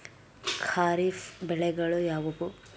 ಖಾರಿಫ್ ಬೆಳೆಗಳು ಯಾವುವು?